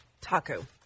taco